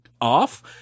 off